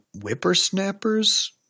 Whippersnappers